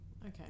Okay